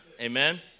Amen